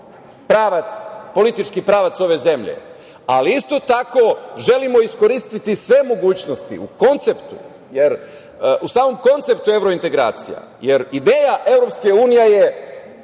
je to politički pravac ove zemlje. Ali, isto tako, želimo iskoristiti sve mogućnosti u samom konceptu evrointegracija, jer ideja EU je